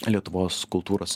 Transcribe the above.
lietuvos kultūros